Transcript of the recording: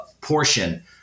portion